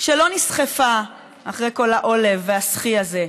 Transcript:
שלא נסחפה אחרי כל העולב והסחי הזה,